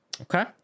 okay